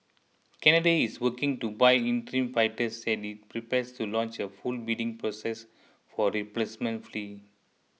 Canada is working to buy interim fighters as it prepares to launch a full bidding process for replacement fleet